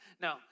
No